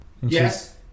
Yes